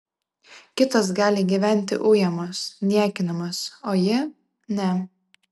kitos gali gyventi ujamos niekinamos o ji ne